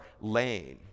lane